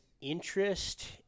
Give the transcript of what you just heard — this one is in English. interest